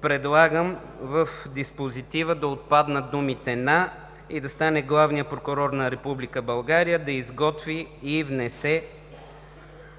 предлагам в диспозитива да отпаднат думите „на“ и да стане: „Главният прокурор на Република България да изготви и внесе